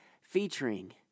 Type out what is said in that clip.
featuring